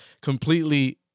completely